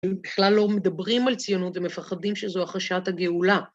הם בכלל לא מדברים על ציונות, הם מפחדים שזו החשת הגאולה.